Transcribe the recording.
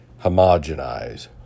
homogenize